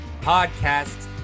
podcasts